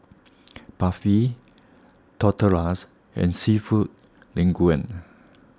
Barfi Tortillas and Seafood Linguine